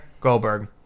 Goldberg